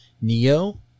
Neo